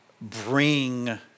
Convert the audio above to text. bring